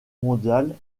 mondiale